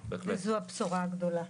זו הבשורה הגדולה.